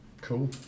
Cool